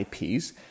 IPs